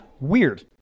Weird